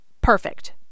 perfect